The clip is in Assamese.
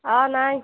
আ নাই